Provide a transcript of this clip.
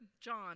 John